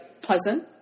pleasant